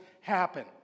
happen